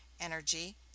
energy